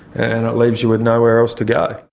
and that leaves you with nowhere else to go.